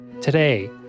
Today